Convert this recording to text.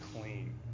clean